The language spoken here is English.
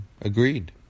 Agreed